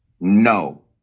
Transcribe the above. No